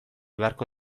beharko